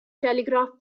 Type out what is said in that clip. telegraph